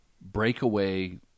breakaway